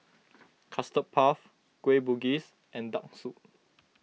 Custard Puff Kueh Bugis and Duck Noodle